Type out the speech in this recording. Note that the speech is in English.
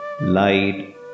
light